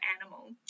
animal